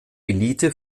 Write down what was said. elite